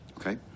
Okay